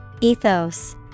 Ethos